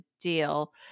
deal